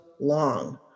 long